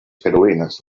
carolines